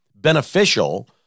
beneficial